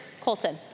Colton